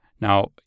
Now